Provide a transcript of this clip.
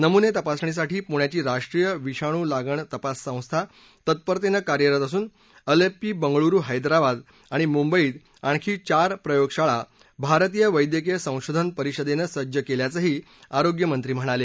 नमुने तपासणीसाठी पुण्याची राष्ट्रीय विषाणू लागण तपास संस्था तत्परनतेनं कार्यरत असून अलप्पी बंगळुरु हैदराबाद आणि मुंबईत आणखी चार प्रयोगशाळा भारतीय वैद्यकीय संशोधन परिषदेनं सज्ज केल्याचंही आरोग्यमंत्री म्हणाले